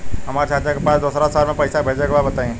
हमरा चाचा के पास दोसरा शहर में पईसा भेजे के बा बताई?